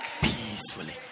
Peacefully